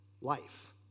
life